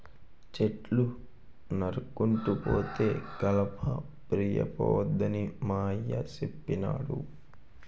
చెట్లు నరుక్కుంటూ పోతే కలప పిరియంపోద్దని మా అయ్య సెప్పినాడు